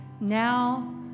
Now